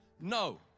no